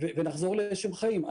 ונחזור לאיזה שהם חיים.